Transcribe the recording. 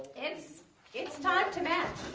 it's it's time to match!